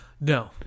No